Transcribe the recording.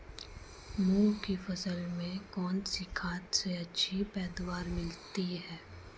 मूंग की फसल में कौनसी खाद से अच्छी पैदावार मिलती है?